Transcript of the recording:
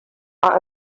are